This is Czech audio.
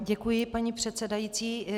Děkuji, paní předsedající.